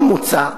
עוד מוצע,